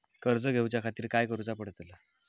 कर्ज घेऊच्या खातीर काय करुचा पडतला?